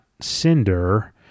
Cinder